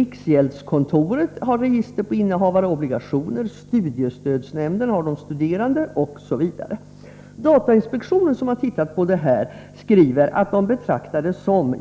Riksgäldskontoret har register över innehavare av obligationer, studiestödsnämnden register över de studerande osv. Datainspektionen, som har sett på dessa frågor, skriver att den betraktar det som